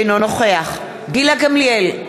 אינו נוכח גילה גמליאל,